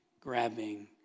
grabbing